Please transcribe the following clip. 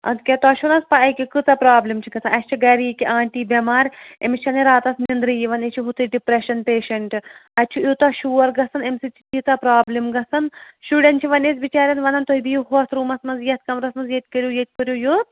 اَدٕ کیٛاہ تۄہہِ چھَو نا حظ کۭژاہ پرٛابلِم چھِ گژھان اَسہِ چھِ گَرِ یہِ کہِ آنٹی بیمار أمِس چھَنہٕ راتَس نٮ۪نٛدرٕے یِوان یہِ چھِ ہُتھِ تہِ ڈِپرٛیشَن پیشَنٹہٕ اَتہِ چھُ یوٗتاہ شور گژھان اَمہِ سۭتۍ چھِ تیٖژاہ پرٛابلِم گژھان شُرٮ۪ن چھِ وۅنۍ أسۍ بِچارٮ۪ن وَنان تُہۍ دِیِو ہوتھ روٗمَس منٛز یَتھ کَمرَس منٛز ییٚتہِ کٔرِو ییٚتہِ کٔرِو یوٚت